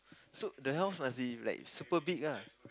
so the house must be like super big lah